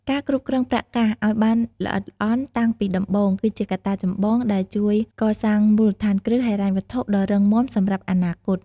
ការគ្រប់គ្រងប្រាក់កាសឲ្យបានល្អិតល្អន់តាំងពីដំបូង គឺជាកត្តាចម្បងដែលជួយកសាងមូលដ្ឋានគ្រឹះហិរញ្ញវត្ថុដ៏រឹងមាំសម្រាប់អនាគត។